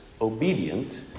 obedient